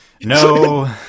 No